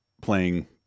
playing